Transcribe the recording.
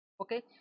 okay